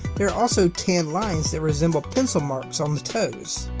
there are also tan lines that resemble pencil marks on the toes.